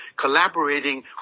collaborating